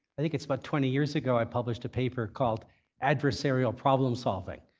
i think it's about twenty years ago i published a paper called adversarial problem solving,